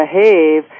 behave